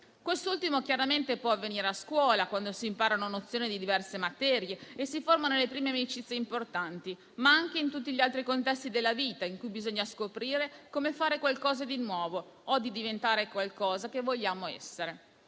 Quest'ultimo chiaramente può avvenire a scuola, quando si imparano nozioni di diverse materie e si formano le prime amicizie importanti, ma anche in tutti gli altri contesti della vita in cui bisogna scoprire come fare qualcosa di nuovo o diventare qualcosa che vogliamo essere.